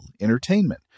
entertainment